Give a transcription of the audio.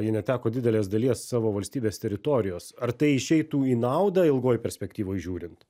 ji neteko didelės dalies savo valstybės teritorijos ar tai išeitų į naudą ilgoj perspektyvoj žiūrint